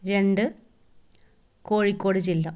രണ്ട് കോഴിക്കോട് ജില്ല